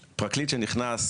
לא, גם אצל המנהל.